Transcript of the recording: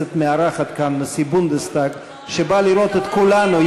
כשהכנסת מארחת כאן נשיא בונדסטאג שבא לראות את כולנו,